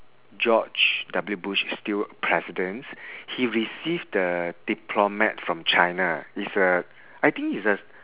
george W bush is still president he received the diplomat from china it's a I think it's a